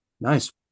nice